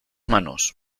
manos